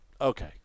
okay